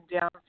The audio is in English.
down